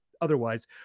otherwise